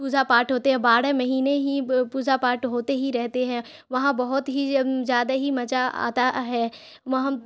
پوجا پاٹھ ہوتے ہے بارہ مہینے ہی پوجا پاٹھ ہوتے ہی رہتے ہیں وہاں بہت ہی زیادہ ہی مزہ آتا ہے وہاں